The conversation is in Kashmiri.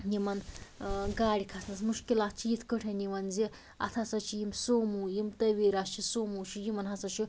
یِمن ٲں گاڑِ کھسنَس مشکلات چھِ یِتھ کٲٹھۍ یِوان زِ اتھ ہَسا چھِ یِم سومو یِم تویرا چھِ سومو چھِ یِمن ہَسا چھُ